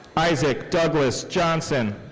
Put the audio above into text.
isaac douglas johnson.